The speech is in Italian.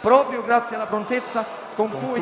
Proprio grazie alla prontezza con cui